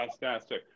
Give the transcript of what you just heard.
Fantastic